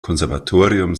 konservatorium